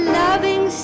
loving